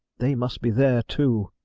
they must be there too.